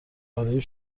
برای